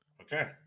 Okay